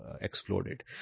exploded